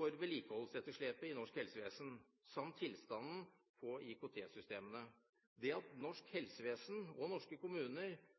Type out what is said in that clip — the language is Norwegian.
vedlikeholdsetterslepet i norsk helsevesen samt tilstanden på IKT-systemene. Det at norsk helsevesen og norske kommuner